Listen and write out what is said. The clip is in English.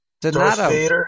Donato